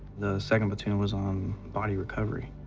the second platoon was on body recovery.